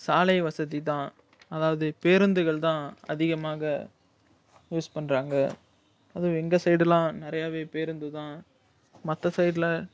சாலை வசதிதான் அதாவது பேருந்துகள் தான் அதிகமாக யூஸ் பண்ணுறாங்க அதுவும் எங்கள் சைடுலாம் நிறையாவே பேருந்து தான் மற்ற சைடில்